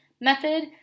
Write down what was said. method